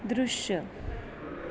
दृश्यः